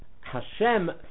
Hashem